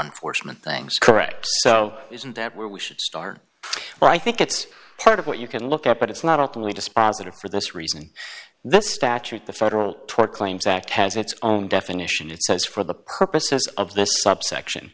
enforcement things correct so isn't that where we should start but i think it's part of what you can look at but it's not only dispositive for this reason this statute the federal tort claims act has its own definition it says for the purposes of this subsection